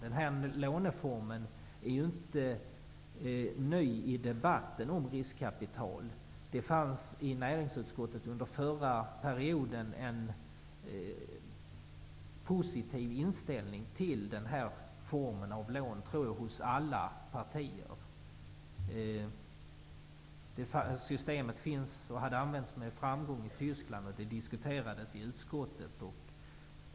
Den låneformen är inte ny i debatten om riskkapital. Det fanns i näringsutskottet under förra perioden en positiv inställning till den här formen av lån -- hos alla partier, tror jag. Systemet hade använts med framgång i Tyskland, och det diskuterades i utskottet.